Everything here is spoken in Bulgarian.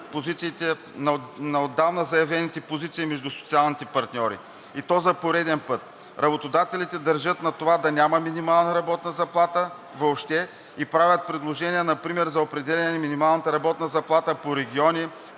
на отдавна заявените позиции между социалните партньори, и то за пореден път. Работодателите държат на това да няма въобще минимална работна заплата и правят предложение например за определяне на минималната работна заплата по региони,